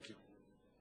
Thank you.